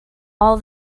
all